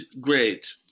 great